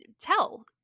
tell